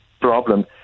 problem